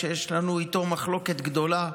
שיש לנו איתו מחלוקת גדולה.